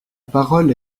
parole